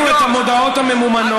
ראינו את המודעות הממומנות.